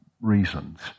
reasons